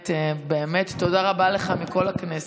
באמת תודה רבה לך מכל הכנסת.